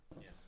Yes